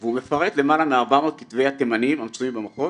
הוא מפרט למעלה מ-400 כתבי יד תימניים המצויים במכון